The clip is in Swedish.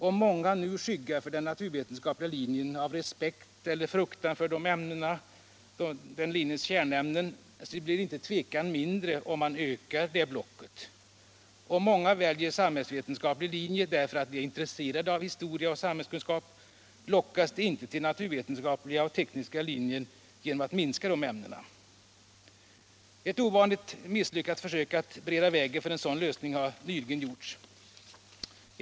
Om många skyggar för den naturvetenskapliga linjen av respekt eller fruktan för den linjens kärnämnen, blir inte tvekan mindre ifall man ökar det blocket. Om många väljer samhällsvetenskaplig linje därför att de är intresserade av historia och samhällskunskap, lockas de inte till den naturvetenskapliga linjen eller den tekniska linjen genom att timantalet i dessa ämnen minskas på dessa linjer. Ett ovanligt misslyckat försök att bereda vägen för sådan lösning har nyligen gjorts.